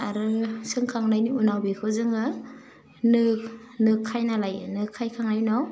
आरो सोंखांनायनि उनाव बेखौ जोङो नो नो खाइना लायो नो खाइखांनानि उनाव